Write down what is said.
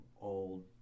old